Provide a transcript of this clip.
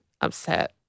upset